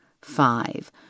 Five